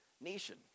nation